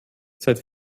seit